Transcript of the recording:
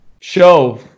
show